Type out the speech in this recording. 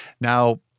Now